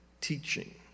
teaching